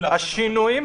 משתנים,